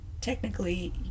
technically